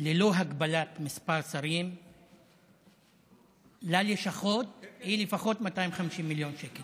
ללא הגבלת מספר שרים ללשכות היא לפחות 250 מיליון שקל.